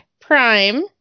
Prime